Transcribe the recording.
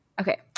Okay